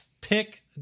pick